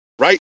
right